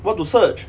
what to search